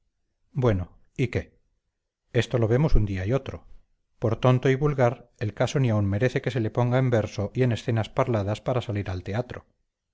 bueno y qué esto lo vemos un día y otro por tonto y vulgar el caso ni aun merece que se le ponga en verso y en escenas parladas para salir al teatro